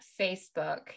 Facebook